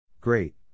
Great